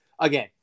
again